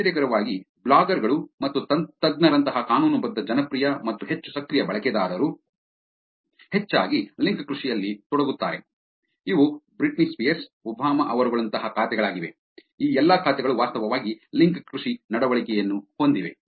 ಆಶ್ಚರ್ಯಕರವಾಗಿ blogger ಗಳು ಮತ್ತು ತಜ್ಞರಂತಹ ಕಾನೂನುಬದ್ಧ ಜನಪ್ರಿಯ ಮತ್ತು ಹೆಚ್ಚು ಸಕ್ರಿಯ ಬಳಕೆದಾರರು ಹೆಚ್ಚಾಗಿ ಲಿಂಕ್ ಕೃಷಿಯಲ್ಲಿ ತೊಡಗುತ್ತಾರೆ ಇವು ಬ್ರಿಟ್ನಿ ಸ್ಪಿಯರ್ಸ್ ಒಬಾಮಾ ಅವರುಗಳಂತಹ ಖಾತೆಗಳಾಗಿವೆ ಈ ಎಲ್ಲಾ ಖಾತೆಗಳು ವಾಸ್ತವವಾಗಿ ಲಿಂಕ್ ಕೃಷಿ ನಡವಳಿಕೆಯನ್ನು ಹೊಂದಿವೆ